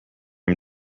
him